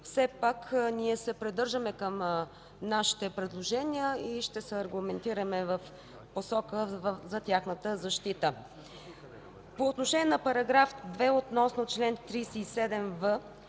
все пак ние се придържаме към нашите предложения и ще се аргументираме в посока за тяхната защита. По отношение на § 2 относно чл. 37в